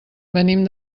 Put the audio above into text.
venim